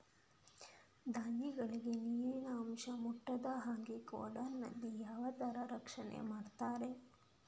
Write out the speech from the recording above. ಧಾನ್ಯಗಳಿಗೆ ನೀರಿನ ಅಂಶ ಮುಟ್ಟದ ಹಾಗೆ ಗೋಡೌನ್ ನಲ್ಲಿ ಯಾವ ತರ ರಕ್ಷಣೆ ಮಾಡ್ತಾರೆ?